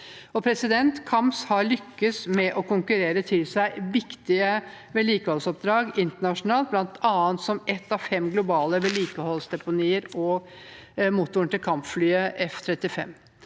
der. KAMS har lykkes med å konkurrere til seg viktige vedlikeholdsoppdrag internasjonalt, bl.a. som et av fem globale vedlikeholdsdepoter for motoren til kampflyet F-35.